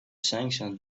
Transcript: sanctions